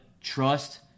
trust